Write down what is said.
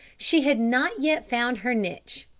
she had not yet found her niche.